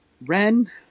Ren